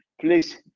please